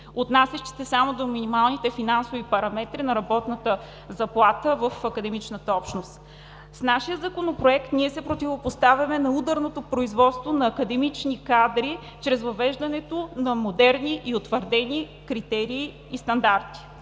отнасящи се само до минималните финансови параметри на работната заплата в академичната общност. С нашия Законопроект се противопоставяме на ударното производство на академични кадри чрез въвеждането на модерни и утвърдени критерии и стандарти.